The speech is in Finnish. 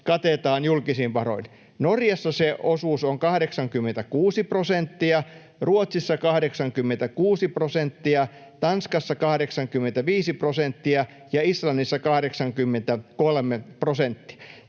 katetaan julkisin varoin. Norjassa se osuus on 86 prosenttia, Ruotsissa 86 prosenttia, Tanskassa 85 prosenttia ja Islannissa 83 prosenttia.